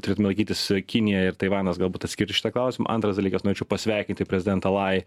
turėtume laikytis kinija ir taivanas galbūt atskiri šitą klausimą antras dalykas norėčiau pasveikinti prezidentą lai